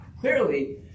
Clearly